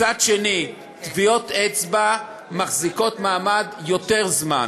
מצד שני, טביעות אצבע מחזיקות מעמד יותר זמן.